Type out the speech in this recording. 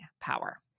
power